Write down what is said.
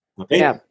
Okay